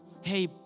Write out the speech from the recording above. Hey